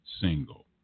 single